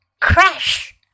Crash